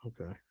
okay